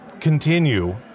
continue